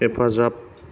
हेफाजाब